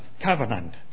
covenant